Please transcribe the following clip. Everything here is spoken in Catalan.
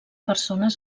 persones